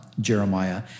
Jeremiah